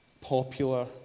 popular